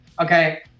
Okay